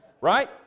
right